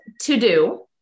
to-do